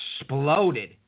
exploded